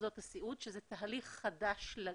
למוסדות הסיעוד, שזה תהליך חדש לחלוטין,